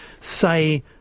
say